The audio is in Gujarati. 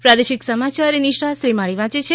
પ્રાદેશિક સમાચાર નિશા શ્રીમાળી વાંચે છે